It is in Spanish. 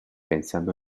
pensando